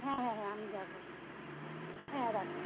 হ্যাঁ হ্যাঁ হ্যাঁ আমি যাবো হ্যাঁ রাখুন